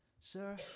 Sir